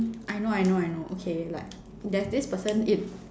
I know I know I know okay like there's this person in